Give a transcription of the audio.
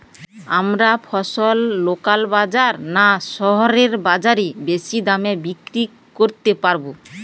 আমরা ফসল লোকাল বাজার না শহরের বাজারে বেশি দামে বিক্রি করতে পারবো?